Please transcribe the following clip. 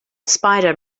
spider